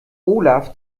olaf